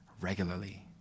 regularly